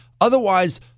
Otherwise